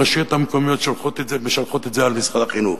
הרשויות המקומיות משלחות את זה הלאה למשרד החינוך